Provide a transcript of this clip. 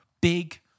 big